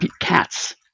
cats